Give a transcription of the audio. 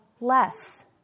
less